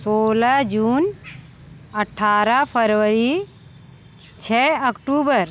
सोलह जून अठारह फ़रवरी छ अक्टूबर